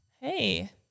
Hey